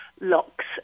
locks